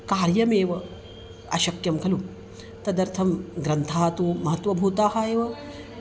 कार्यमेव अशक्यं खलु तदर्थं ग्रन्थाः तु महत्त्वभूताः एव